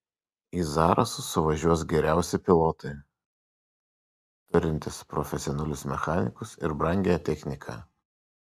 į zarasus suvažiuos geriausi pilotai turintis profesionalius mechanikus ir brangią techniką